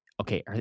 okay